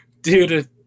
Dude